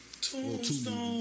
Tombstone